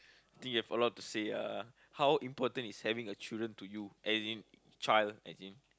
think you have a lot to say uh how important is having a children to you as in child as in